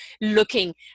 looking